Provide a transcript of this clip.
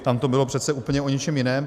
Tam to bylo přece úplně o něčem jiném.